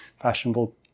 fashionable